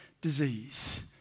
disease